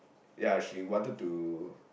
ya she wanted to